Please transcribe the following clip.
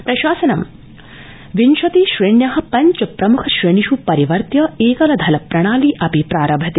प्रशासनं विंशति श्रेण्य पञ्च प्रमुख श्रेणिष् परिवर्त्य एकल धन प्रणाली अपि प्रारभति